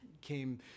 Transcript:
came